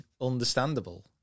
understandable